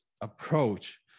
approach